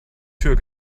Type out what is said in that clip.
tür